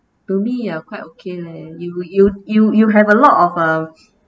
to me ah quite okay leh you you you you have a lot of uh